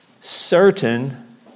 certain